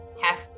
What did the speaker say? half